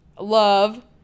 love